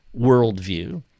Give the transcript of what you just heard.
worldview